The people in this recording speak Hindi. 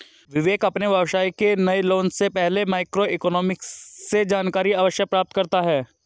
विवेक अपने व्यवसाय के नए लॉन्च से पहले माइक्रो इकोनॉमिक्स से जानकारी अवश्य प्राप्त करता है